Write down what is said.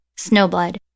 Snowblood